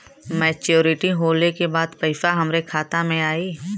Maturity होले के बाद पैसा हमरे खाता में आई?